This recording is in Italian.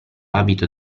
abito